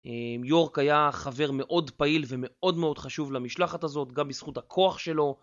יורק היה חבר מאוד פעיל ומאוד מאוד חשוב למשלחת הזאת, גם בזכות הכוח שלו.